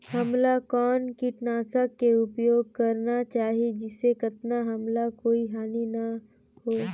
हमला कौन किटनाशक के उपयोग करन चाही जिसे कतना हमला कोई हानि न हो?